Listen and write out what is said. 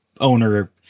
owner